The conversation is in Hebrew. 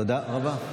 תודה רבה.